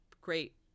great